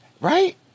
Right